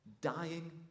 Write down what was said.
dying